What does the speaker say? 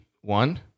one